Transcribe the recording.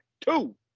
two